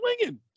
swinging